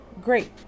great